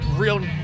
real